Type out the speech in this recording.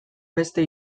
beste